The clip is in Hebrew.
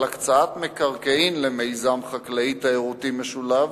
הקצאת מקרקעין למיזם חקלאי תיירותי משולב,